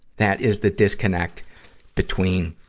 that is the disconnect between